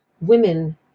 women